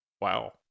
Wow